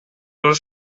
was